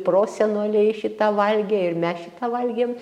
prosenoliai šitą valgė ir mes šitą valgėm